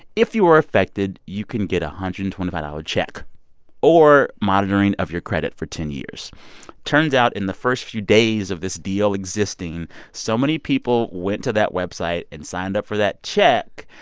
if you were affected, you can get a hundred and twenty five dollars check or monitoring of your credit for ten years turns out, in the first few days of this deal existing, so many people went to that website and signed up for that check,